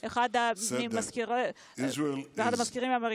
להלן תרגומם הסימולטני: אחד מהמזכירים האמריקאים